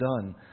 done